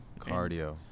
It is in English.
Cardio